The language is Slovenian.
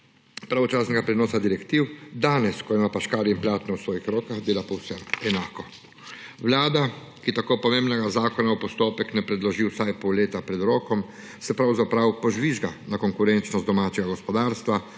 pravočasnega prenosa direktiv, danes, ko ima pa škarje in platno v svojih rokah, dela povsem enako. Vlada, ki tako pomembnega zakona v postopek ne predloži vsaj pol leta pred rokom, se pravzaprav požvižga na konkurenčnost domačega gospodarstva,